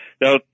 Now